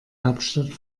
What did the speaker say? hauptstadt